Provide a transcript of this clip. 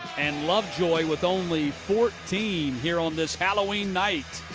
and lovejoy with only fourteen here on this halloween night.